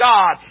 God